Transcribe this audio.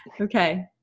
Okay